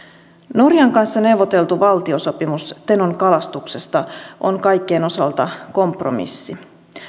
norjan kanssa neuvoteltu valtiosopimus tenon kalastuksesta on kaikkien osalta kompromissi